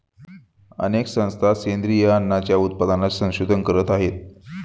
अनेक संस्था सेंद्रिय अन्नाच्या उत्पादनात संशोधन करत आहेत